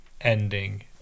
ending